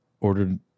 ordered